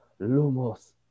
Lumos